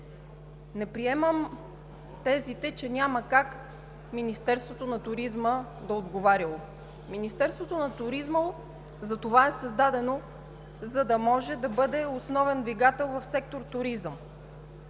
Не приемам тезите, че няма как Министерството на туризма да отговаряло. Министерството на туризма затова е създадено, за да може да бъде основен двигател в сектор „Туризъм“.